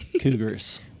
cougars